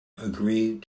agreed